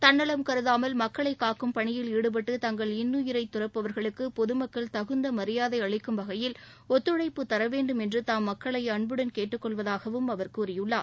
தள்ளலம் கருதாமல் மக்களை காக்கும் பணியில் ஈடுபட்டு தங்கள் இன்னுயிரை தறப்பவர்களுக்கு பொதுமக்கள் தகுந்த மரியாதை அளிக்கும் வகையில் ஒத்துழைப்பு தரவேண்டும் என்று தாம் மக்களை அன்புடன் கேட்டுக் கொள்வதாகவும் அவர் கூறியுள்ளார்